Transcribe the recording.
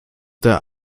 der